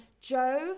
Joe